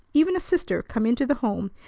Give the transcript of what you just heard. even a sister, come into the home,